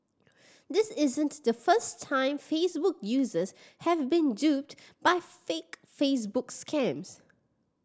this isn't the first time Facebook users have been duped by fake Facebook scams